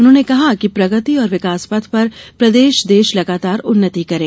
उन्होंने कहा है कि प्रगति और विकास पथ पर प्रदेश देश लगातार उन्नति करे